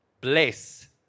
bless